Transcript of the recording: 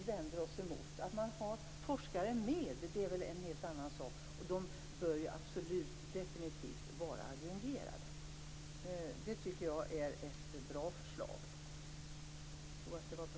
Det är detta som åtminstone vi i Miljöpartiet vänder oss emot. Det är en helt annan sak att man har forskare med, och de bör definitivt vara adjungerade. Det tycker jag är ett bra förslag.